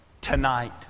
tonight